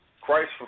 Christ